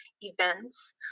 events